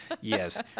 Yes